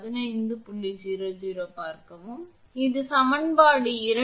𝑑𝑥 Ωmt 2𝜋𝑥 இது சமன்பாடு 1